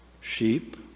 sheep